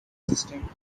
system